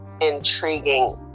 intriguing